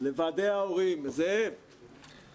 יחד עם בתי הספר לתכנן